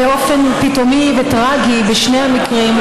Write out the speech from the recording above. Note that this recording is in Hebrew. באופן פתאומי וטרגי בשני המקרים,